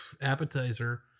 appetizer